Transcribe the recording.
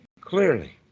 clearly